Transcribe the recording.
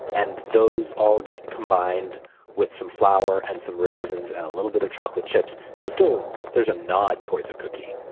and those all get combined with some flour and some raisins and a little bit of chocolate chips. so, there's a nod towards a cookie,